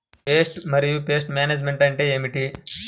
Pest మరియు pest management అంటే ఏమిటి?